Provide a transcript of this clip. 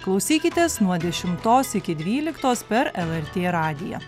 klausykitės nuo dešimtos iki dvyliktos per lrt radiją